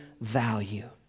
value